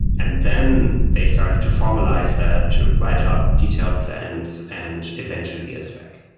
and then they started to formalize that to write up detailed plans and eventually a spec.